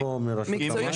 מקצועית,